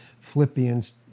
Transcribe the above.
Philippians